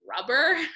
rubber